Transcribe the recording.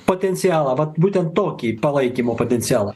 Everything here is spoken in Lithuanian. potencialą vat būtent tokį palaikymo potencialą